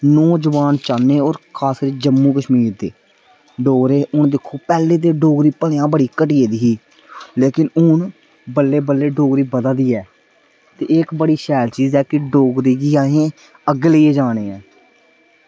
नौजुआन चाह्ने होर जम्मू कश्मीर दे डोगरे पैह्लें ते दिक्खो डोगरे पैह्लें ते डोगरी भलेआं घटी गेदी ही लेकिन हून बल्लें बल्लें डोगरी बधा दी ऐ ते एह् इक्क बड़ी शैल चीज़ ऐ की डोगरी गी असें अगड़े लेई जानी ऐ